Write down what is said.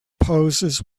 poses